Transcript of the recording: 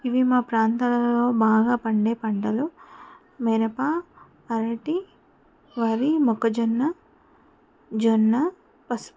ఇవి మా ప్రాంతాలలో బాగా పండే పంటలు మిరప అరటి వరి మొక్కజొన్న జొన్న పసుపు